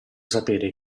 sapere